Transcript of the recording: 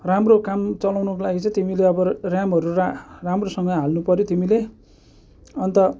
राम्रो काम चलाउनको लागि चाहिँ तिमीले अब र्यामहरू राम्रोसँग हाल्नु पर्यो तिमीले अन्त